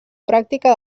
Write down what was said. pràctica